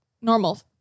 normal